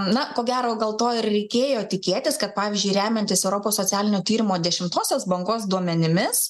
na ko gero gal to ir reikėjo tikėtis kad pavyzdžiui remiantis europos socialinio tyrimo dešimtosios bangos duomenimis